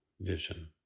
vision